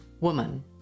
woman